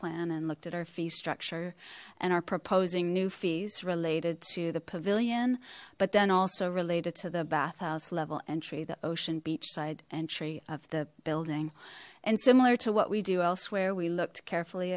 plan and looked at our fee structure and our proposing new fees related to the pavilion but then also related to the bathhouse level entry the ocean beach side entry of the building and similar to what we do elsewhere we looked carefully